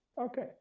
Okay